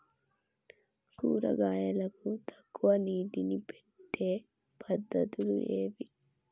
కూరగాయలకు తక్కువ నీటిని పెట్టే పద్దతులు ఏవి?